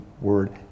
word